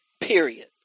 Period